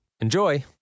Enjoy